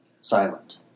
silent